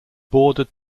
bordered